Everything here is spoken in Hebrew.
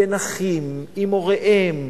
בין אחים, עם הוריהם,